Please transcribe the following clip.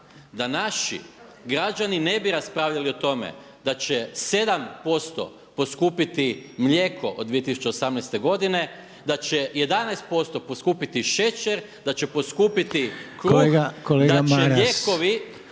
da naši građani ne bi raspravljali o tome da će 7% poskupiti mlijeko od 2018. godine, da će 11% poskupiti šećer, da će poskupiti kruh, da će lijekovi